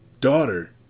daughter